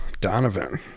Donovan